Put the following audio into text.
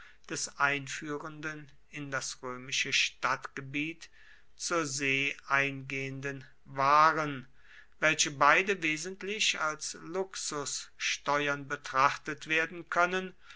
des einführenden in das römische stadtgebiet zur see eingehenden waren welche beide wesentlich als luxussteuern betrachtet werden können